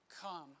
come